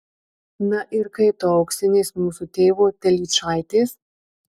na ir kaip tau auksinės mūsų tėvo telyčaitės